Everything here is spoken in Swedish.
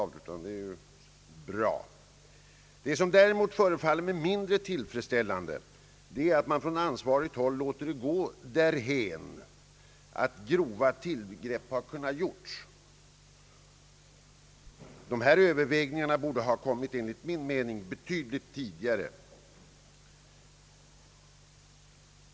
Vad som däremot förefaller mig mindre tillfredsställande är att man på ansvarigt håll låtit det gå därhän att grova tillgrepp har kunnat göras. De här övervägandena borde enligt min mening ha kommit betydligt tidigare.